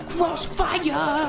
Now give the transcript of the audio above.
Crossfire